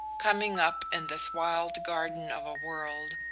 coming up in this wild garden of a world,